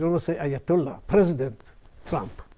to say ayatollah president trump,